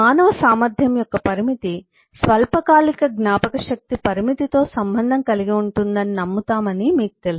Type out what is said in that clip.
మానవ సామర్థ్యం యొక్క పరిమితి స్వల్పకాలిక జ్ఞాపకశక్తి పరిమితితో సంబంధం కలిగి ఉంటుందని నమ్ముతామని మీకు తెలుసు